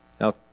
Now